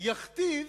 יכתיב